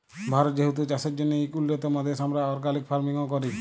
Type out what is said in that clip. ভারত যেহেতু চাষের জ্যনহে ইক উল্যতম দ্যাশ, আমরা অর্গ্যালিক ফার্মিংও ক্যরি